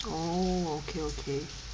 oh okay okay